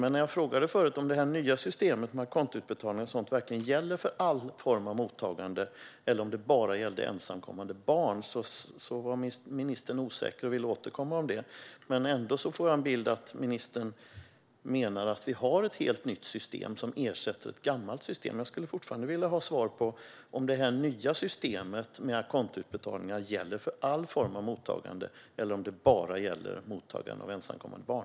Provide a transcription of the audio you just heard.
Men när jag frågade förut om det nya systemet med a conto-utbetalningar och sådant verkligen gäller all form av mottagande eller om det bara gäller ensamkommande barn var ministern osäker och ville återkomma om det. Ändå får jag en bild av att ministern menar att vi har ett helt nytt system som ersätter det gamla. Jag vill ha svar på om det nya systemet med a conto-utbetalningar gäller all form av mottagande, eller om det bara gäller mottagande av ensamkommande barn.